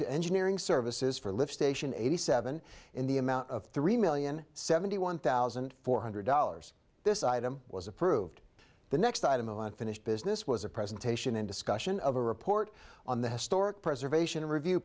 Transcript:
to engineering services for lift station eighty seven in the amount of three million seventy one thousand four hundred dollars this item was approved the next item of unfinished business was a presentation and discussion of a report on the historic preservation of review